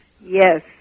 Yes